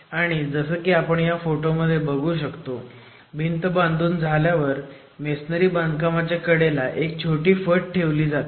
आणि जसं की आपण ह्या फोटोमध्ये बघू शकतो भिंत बांधून झाल्यावर मेसोनरी बांधकामाच्या कडेला एक छोटी फट ठेवली जाते